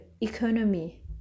economy